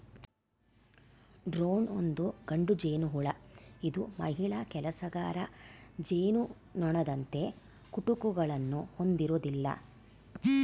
drone ಒಂದು ಗಂಡು ಜೇನುಹುಳು ಇದು ಮಹಿಳಾ ಕೆಲಸಗಾರ ಜೇನುನೊಣದಂತೆ ಕುಟುಕುಗಳನ್ನು ಹೊಂದಿರೋದಿಲ್ಲ